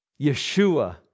Yeshua